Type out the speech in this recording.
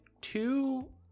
two